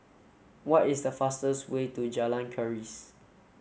what is the fastest way to Jalan Keris